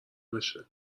بشه